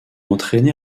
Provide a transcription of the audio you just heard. entraîné